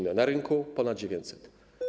Na rynku - ponad 900.